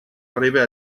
arriba